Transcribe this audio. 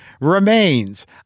remains